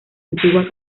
antigua